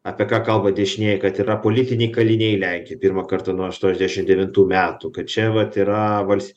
apie ką kalba dešinieji kad yra politiniai kaliniai lenkijoj pirmą kartą nuo aštuoniasdešimt devintų metų kad čia vat yra vals